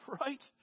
right